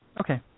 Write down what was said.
Okay